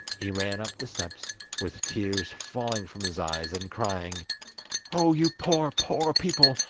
he ran up the steps, with tears falling from his eyes, and crying oh, you poor, poor people,